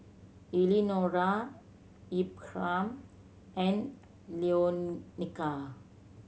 Eleonora Ephram and Leonia